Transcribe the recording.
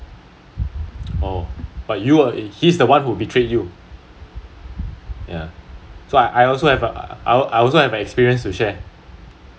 oh but you're he's the one who betrayed you ya so I I also have a I I also have an experience to share